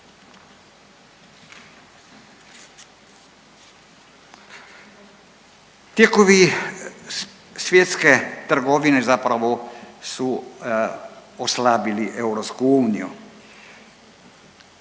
Tijekovi svjetske trgovine zapravo su oslabili EU. To je